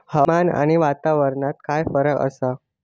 हवामान आणि वातावरणात काय फरक असा?